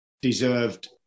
deserved